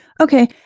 Okay